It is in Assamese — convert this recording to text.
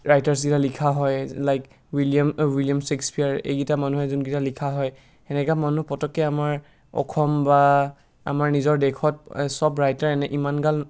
ৰাইটাৰছকেইটা লিখা হয় লাইক উইলিয়াম উইলিয়াম ছেইক্সপিয়াৰ এইকেইটা মানুহে যোনকেইটা লিখা হয় সেনেকুৱা মানুহ পতককৈ আমাৰ অসম বা আমাৰ নিজৰ দেশত সব ৰাইটাৰ এনে ইমানগাল